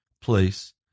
place